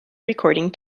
recording